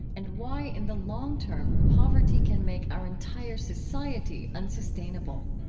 and why, in the long term, poverty can make our entire society unsustainable